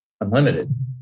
unlimited